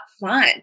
fun